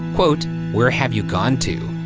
quote, where have you gone to?